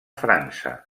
frança